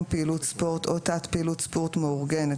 פעילות ספורט או תת פעילות ספורט מאורגנת,